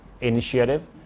initiative